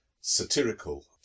satirical